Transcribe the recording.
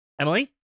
Emily